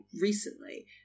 recently